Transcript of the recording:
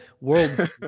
world